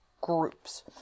groups